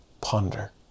Ponder